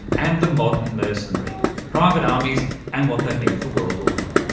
and the modern mercenary private armies and what they mean for world order.